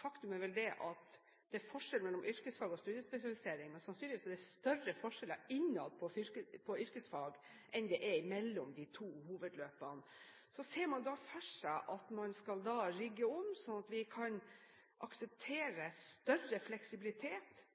Faktum er vel at det er forskjell mellom yrkesfag og studiespesialisering, men sannsynligvis er det større forskjeller innad på yrkesfag enn det er mellom de to hovedløpene. Ser man da for seg at man skal rigge om, sånn at vi kan